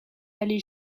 aller